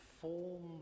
form